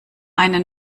eine